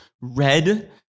red